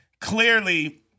clearly –